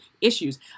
issues